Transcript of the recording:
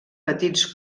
petits